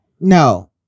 No